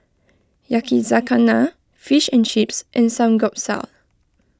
Yakizakana Fish and Chips and Samgeyopsal